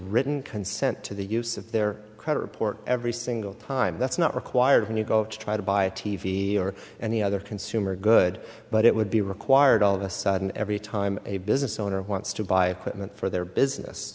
written consent to the use of their credit report every single time that's not required when you go to try to buy a t v or any other consumer good but it would be required all of a sudden every time a business owner wants to buy a put in for their business